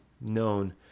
known